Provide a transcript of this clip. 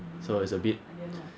so it's a bit